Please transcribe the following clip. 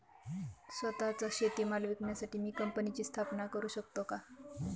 स्वत:चा शेतीमाल विकण्यासाठी मी कंपनीची स्थापना करु शकतो का?